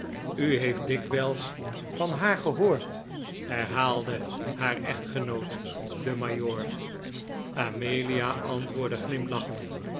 u heeft dikwijls van haar gehoord herhaalde haar echtgenoot de majoor amelia antwoordde glimlachend